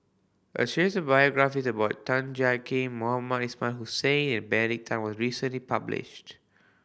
a series of biographies about Tan Jiak Kim Mohamed Ismail Hussain and Bene Tan was recently published